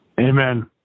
Amen